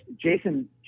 Jason